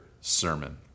sermon